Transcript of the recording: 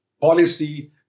policy